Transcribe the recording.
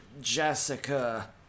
Jessica